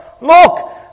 look